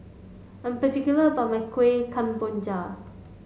I'm particular about my Kuih Kemboja